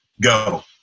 go